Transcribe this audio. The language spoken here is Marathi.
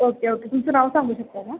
ओक ओके तुमचं नाव सांगू शकता का